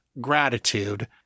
gratitude